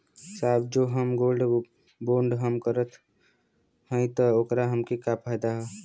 साहब जो हम गोल्ड बोंड हम करत हई त ओकर हमके का फायदा ह?